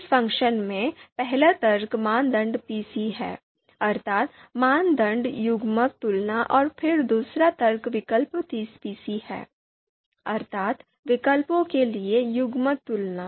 इस फ़ंक्शन में पहला तर्क मानदंड पीसी है अर्थात् मानदंड युग्मक तुलना और फिर दूसरा तर्क विकल्प पीसी है अर्थात् विकल्पों के लिए युग्मक तुलना